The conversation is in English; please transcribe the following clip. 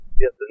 Yes